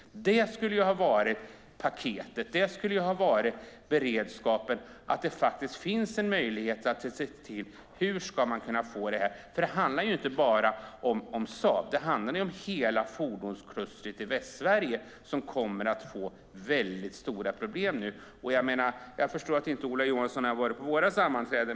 Det skulle ha varit paketet. Det skulle ha varit beredskapen, att det faktiskt finns en möjlighet att se på hur man ska kunna göra. Det handlar ju inte bara om Saab, utan det handlar om hela fordonsklustret i Västsverige, som kommer att få väldigt stora problem nu. Jag förstår att Ola Johansson inte har varit på våra sammanträden.